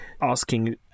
asking